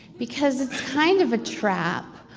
because it's kind of a trap.